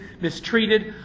mistreated